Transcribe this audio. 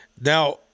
Now